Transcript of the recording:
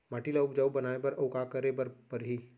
माटी ल उपजाऊ बनाए बर अऊ का करे बर परही?